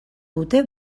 dute